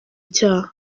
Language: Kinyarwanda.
icyaha